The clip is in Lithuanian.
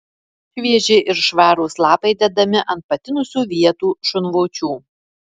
švieži ir švarūs lapai dedami ant patinusių vietų šunvočių